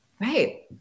right